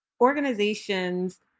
organizations